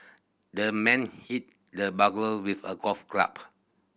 the man hit the burglar with a golf